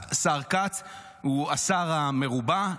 השר כץ הוא השר המרובע,